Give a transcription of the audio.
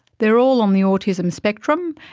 they are all on the autism spectrum,